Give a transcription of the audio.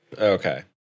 Okay